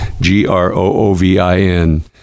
g-r-o-o-v-i-n